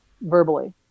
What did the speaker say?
verbally